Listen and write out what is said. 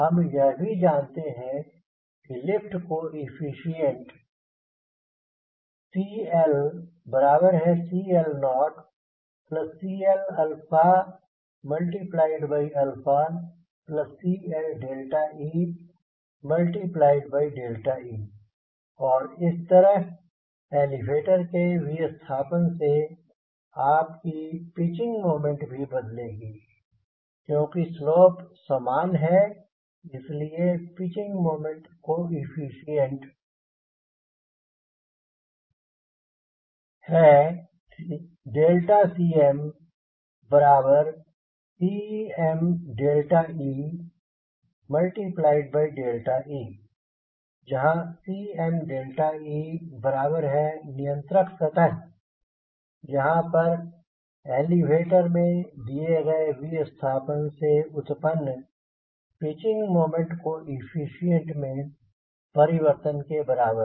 हम यह भी जानते हैं कि लिफ्ट कोएफिसिएंट CLCL0CLCLee इसी तरह एलीवेटर के विस्थापन से आपकी पिचिंग मोमेंट भी बदलेगी क्योंकि स्लोप सामान है इस लिए पिचिंग मोमेंट कोएफ़िशिएंट है CmCmee जहाँ Cme बराबर है नियंत्रक सतह यहाँ पर एलीवेटर में दिए गए विस्थापन से उत्पन्न पिचिंग मोमेंट कोएफ़िशिएंट में परिवर्तन के बराबर